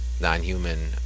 non-human